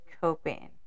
coping